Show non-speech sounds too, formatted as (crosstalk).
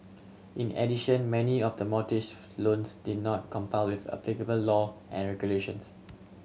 in addition many of the mortgage (noise) loans did not comply with applicable law and regulations